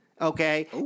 okay